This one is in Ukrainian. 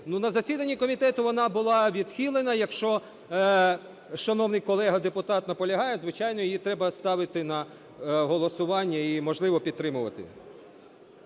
на засіданні комітету вона була відхилена. Якщо шановний колега-депутат наполягає, звичайно, її треба ставити на голосування і, можливо, підтримувати.